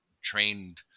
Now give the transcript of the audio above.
trained